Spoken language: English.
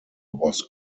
was